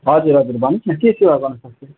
हजुर हजुर भन्नुहोस् न के सेवा गर्नुसक्छु